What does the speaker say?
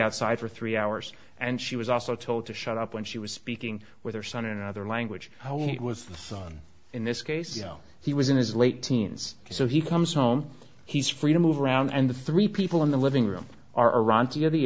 outside for three hours and she was also told to shut up when she was speaking with her son and other language it was done in this case you know he was in his late teens so he comes home he's free to move around and the three people in the living room are iran to the